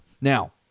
Now